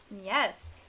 Yes